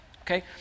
Okay